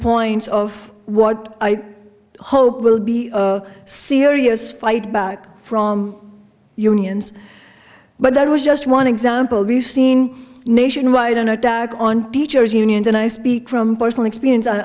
points of what i hope will be a serious fight back from unions but that was just one example we've seen nationwide an attack on teachers unions and i speak from personal experience i